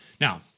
Now